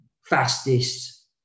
fastest